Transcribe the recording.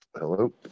Hello